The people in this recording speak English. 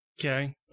Okay